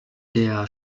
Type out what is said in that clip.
der